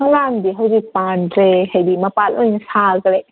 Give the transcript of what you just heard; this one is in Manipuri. ꯍꯪꯒꯥꯝꯗꯤ ꯍꯧꯖꯤꯛ ꯄꯥꯟꯗ꯭ꯔꯦ ꯍꯥꯏꯗꯤ ꯃꯄꯥꯟ ꯂꯣꯏꯅ ꯁꯥꯈ꯭ꯔꯦ